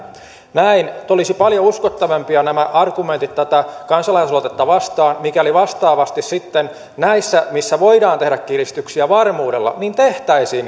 näin olisivat paljon uskottavampia nämä argumentit tätä kansalaisaloitetta vastaan mikäli vastaavasti sitten näissä missä voidaan tehdä kiristyksiä varmuudella tehtäisiin